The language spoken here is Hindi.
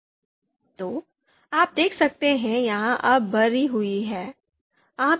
तो आप देख सकते हैं यह अब भरी हुई है